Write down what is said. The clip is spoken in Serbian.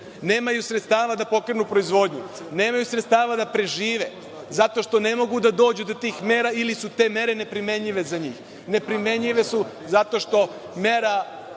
Nemaju sredstava da pokrenu proizvodnju, nemaju sredstava da prežive, zato što ne mogu da dođu do tih mera ili su te mere neprimenljive za njih. Neprimenljive su zato što mera